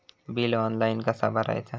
Bill online कसा भरायचा?